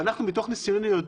מתוך ניסיוננו,